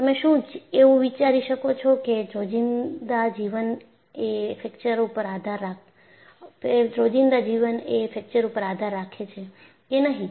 તમે શું એવું વિચારી શકો છો કે રોજિંદા જીવન એ ફ્રેક્ચર ઉપર આધાર રાખો છે કે નહી